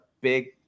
big